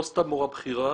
לא סתם מורה בכירה,